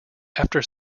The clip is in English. after